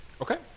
okay